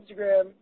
Instagram